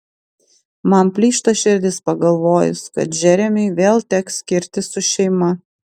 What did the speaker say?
man plyšta širdis pagalvojus kad džeremiui vėl teks skirtis su šeima